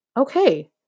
Okay